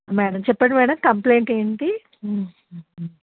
madam చెప్పండి madam complaint ఏంటి